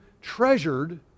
treasured